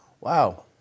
Wow